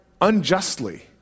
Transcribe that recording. unjustly